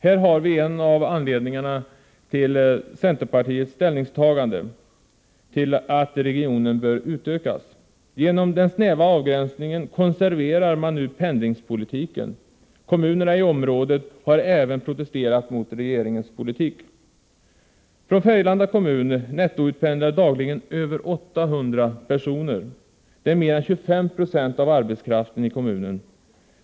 Här har vi en av anledningarna till centerpartiets ställningstagande till att regionen bör utökas. Genom den snäva avgränsningen konserverar man nu pendlingspolitiken. Kommunerna i området har även protesterat mot regeringens politik. Från Färgelanda kommun nettoutpendlar dagligen över 800 personer. Det är mer än 25 96 av arbetskraften i kommunen.